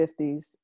50s